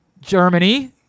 Germany